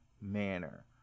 manner